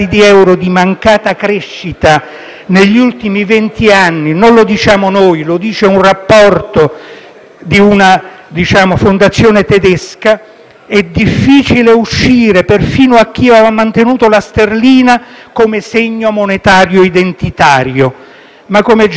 negli ultimi venti anni (non lo diciamo noi ma il rapporto di una fondazione tedesca), è difficile uscire persino per chi aveva mantenuto la sterlina come segno monetario identitario. Ma, come già accaduto con il *referendum* in Grecia,